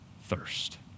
thirst